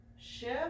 shift